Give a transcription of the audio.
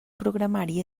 programari